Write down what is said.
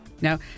Now